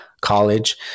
college